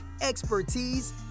expertise